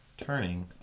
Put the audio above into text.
Turning